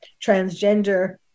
transgender